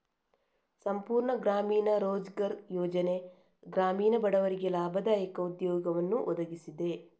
ಸಂಪೂರ್ಣ ಗ್ರಾಮೀಣ ರೋಜ್ಗಾರ್ ಯೋಜನೆ ಗ್ರಾಮೀಣ ಬಡವರಿಗೆ ಲಾಭದಾಯಕ ಉದ್ಯೋಗವನ್ನು ಒದಗಿಸಿದೆ